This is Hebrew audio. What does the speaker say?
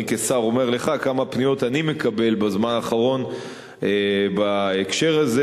אני כשר אומר לך כמה פניות אני מקבל בזמן האחרון בהקשר הזה.